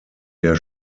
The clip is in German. der